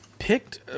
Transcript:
Picked